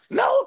no